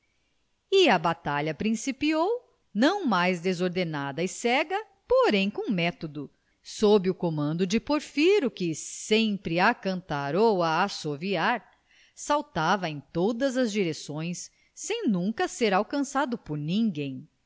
a batalha principiou não mais desordenada e cega porém com método sob o comando de porfiro que sempre a cantar ou assoviar saltava em todas as direções sem nunca ser alcançado por ninguém